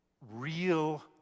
real